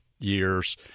years